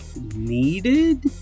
needed